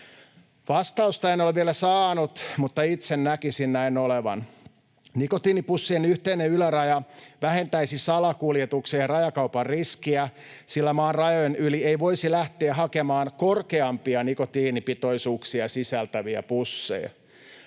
Vastausta en ole vielä saanut, mutta itse näkisin näin olevan. Nikotiinipussien yhteinen yläraja vähentäisi salakuljetuksen ja rajakaupan riskiä, sillä maan rajojen yli ei voisi lähteä hakemaan korkeampia nikotiinipitoisuuksia sisältäviä pusseja.